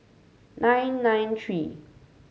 nine nine three